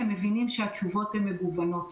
הם מבינים שהתשובות מגוונות.